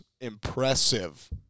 impressive